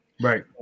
right